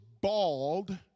bald